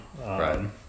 Right